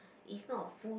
it's not a full